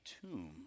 tomb